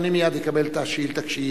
אדוני מייד יקבל את השאילתא.